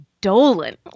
Dolan